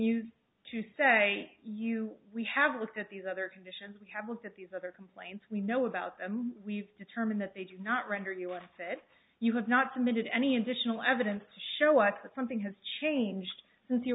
used to say you we have looked at these other conditions we have looked at these other complaints we know about them we've determined that they do not render us that you have not committed any additional evidence to show what something has changed since you